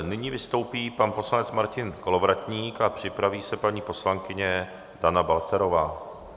Nyní vystoupí pan poslanec Martin Kolovratník a připraví se paní poslankyně Dana Balcarová.